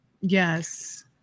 Yes